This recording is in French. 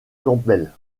campbell